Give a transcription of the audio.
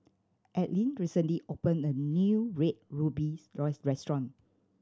Adline recently opened a new Red Ruby restaurant